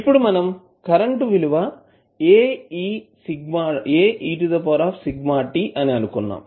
ఇప్పుడు మనం కరెంటు విలువ Aeσt అని అనుకున్నాము